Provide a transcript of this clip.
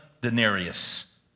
denarius